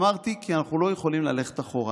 אמרתי, כי אנחנו לא יכולים ללכת אחורה.